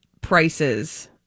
prices